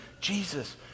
Jesus